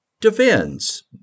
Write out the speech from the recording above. defends